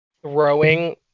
throwing